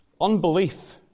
Unbelief